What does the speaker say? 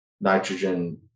nitrogen